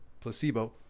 placebo